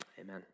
Amen